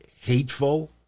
hateful